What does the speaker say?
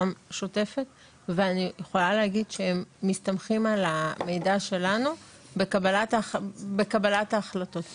שוטפת ואני יכולה להגיד שמסתמכים על המידע שלנו בקבלת ההחלטות.